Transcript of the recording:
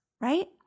right